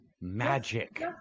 Magic